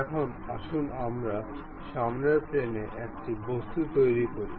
এখন আসুন আমরা সামনের প্লেনে একটি বস্তু তৈরি করি